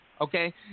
okay